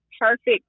perfect